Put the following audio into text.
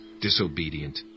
disobedient